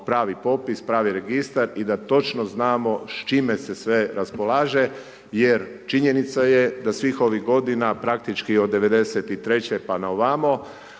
pravi popis, pravi registar i da točno znamo s čime se sve raspolaže jer činjenica je da svih ovih godina, praktički od 1993. pa na ovamo